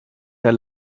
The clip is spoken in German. der